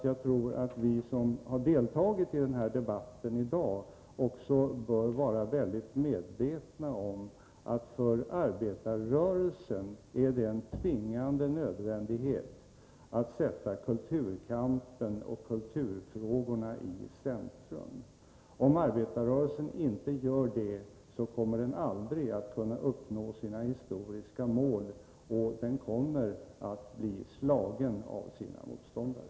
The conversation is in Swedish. Jag tror att vi som har deltagit i debatten i dag är medvetna om att det är en tvingande nödvändighet för arbetarrörelsen att sätta kulturkampen och kulturfrågorna i centrum. Om arbetarrörelsen inte gör det, kommer den aldrig att kunna uppnå sina historiska mål och kommer att bli slagen av sina motståndare.